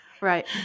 Right